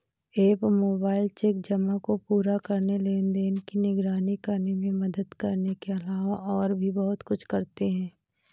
app mobile check जमा को पूरा करने, लेनदेन की निगरानी करने में मदद करने के अलावा और भी बहुत कुछ करते हैं